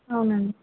అవును అండి